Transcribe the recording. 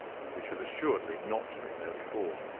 which had assuredly not been there before.